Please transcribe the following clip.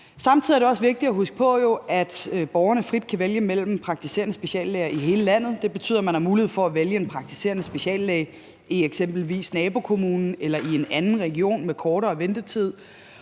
Samtidig er det jo også vigtigt at huske på, at borgerne frit kan vælge mellem praktiserende speciallæger i hele landet. Det betyder, at man har mulighed for at vælge en praktiserende speciallæge i eksempelvis nabokommunen eller i en anden region med kortere ventetid.